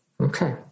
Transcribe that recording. Okay